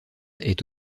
est